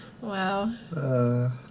Wow